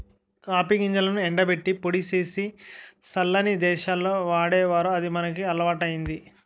copy గింజలను ఎండబెట్టి పొడి సేసి సల్లని దేశాల్లో వాడేవారు అది మనకి అలవాటయ్యింది